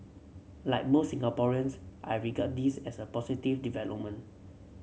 like most Singaporeans I regard this as a positive development